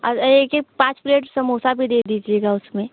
यह कि पाँच प्लेट समोसा भी दे दीजिएगा उसमें